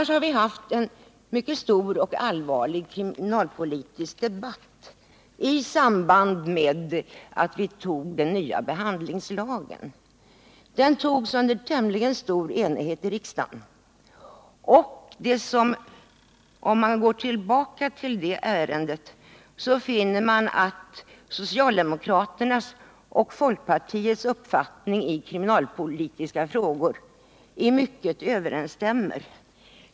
Vi har haft en mycket stor och allvarlig kriminalpolitisk debatt i samband med att vi antog den nya behandlingslagen. Den antogs under tämligen stor enighet i riksdagen, och om man går tillbaka till det ärendet finner man att socialdemokraternas och folkpartiets uppfattning i kriminalpolitiska frågor i mycket överensstämmer.